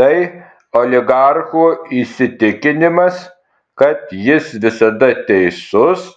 tai oligarcho įsitikinimas kad jis visada teisus